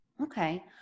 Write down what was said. Okay